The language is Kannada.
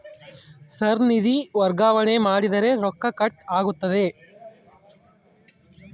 ಸರ್ ನಿಧಿ ವರ್ಗಾವಣೆ ಮಾಡಿದರೆ ರೊಕ್ಕ ಕಟ್ ಆಗುತ್ತದೆಯೆ?